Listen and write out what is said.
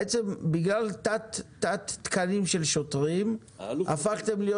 בעצם שגלל תת תקנים של שוטרים, הפכתם להיות